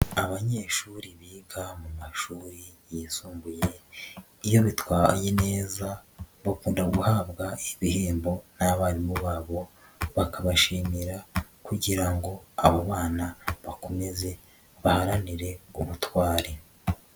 Abanyeshuri biga mu mashuri yisumbuye, iyo bitwaye neza bakunda guhabwa ibihembo n'abarimu babo, bakabashimira kugira ngo abo bana bakomeze baharanire ubutwari.